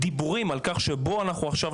ולכן,